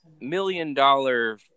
million-dollar